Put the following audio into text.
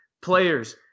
players –